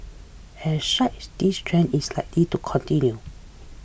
as such this trend is likely to continue